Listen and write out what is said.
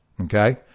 Okay